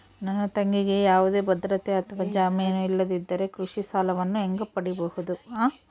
ನನ್ನ ತಂಗಿಗೆ ಯಾವುದೇ ಭದ್ರತೆ ಅಥವಾ ಜಾಮೇನು ಇಲ್ಲದಿದ್ದರೆ ಕೃಷಿ ಸಾಲವನ್ನು ಹೆಂಗ ಪಡಿಬಹುದು?